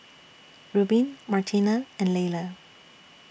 Rubin Martina and Laylah